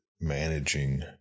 managing